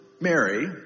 Mary